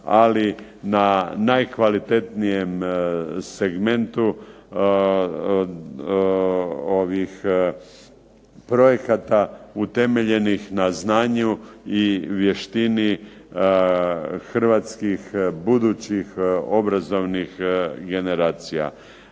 ali na najkvalitetnijem segmentu projekata utemeljenih na znanju i vještini hrvatskih budućih obrazovnih generacija.